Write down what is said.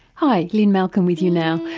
hi, lynne malcolm with you now,